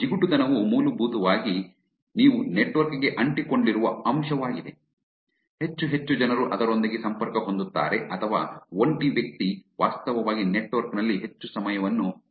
ಜಿಗುಟುತನವು ಮೂಲಭೂತವಾಗಿ ನೀವು ನೆಟ್ವರ್ಕ್ ಗೆ ಅಂಟಿಕೊಂಡಿರುವ ಅಂಶವಾಗಿದೆ ಹೆಚ್ಚು ಹೆಚ್ಚು ಜನರು ಅದರೊಂದಿಗೆ ಸಂಪರ್ಕ ಹೊಂದುತ್ತಾರೆ ಅಥವಾ ಒಂಟಿ ವ್ಯಕ್ತಿ ವಾಸ್ತವವಾಗಿ ನೆಟ್ವರ್ಕ್ ನಲ್ಲಿ ಹೆಚ್ಚು ಸಮಯವನ್ನು ಕಳೆಯುತ್ತಾರೆ